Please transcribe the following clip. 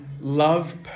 love